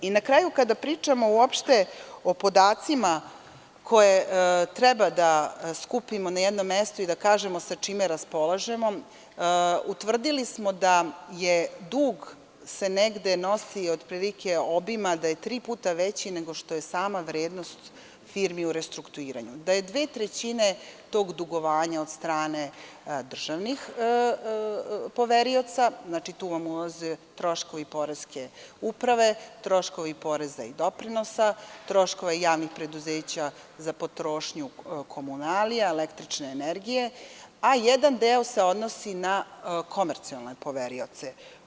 Na kraju, kada pričamo o podacima koje treba da skupimo na jedno mesto i da kažemo sa čime raspolažemo, utvrdili smo da se dug negde obima, da je tri puta veći nego što je sama vrednost firmi u restrukturiranju, da je dve trećine tog dugovanja od strane državnih poverioca, tu vam ulaze troškovi poreske uprave, troškovi poreza i doprinosa, troškovi javnih preduzeća za potrošnju električne energije i komunalija, a jedan deo se odnosi na komercijalne poverioce.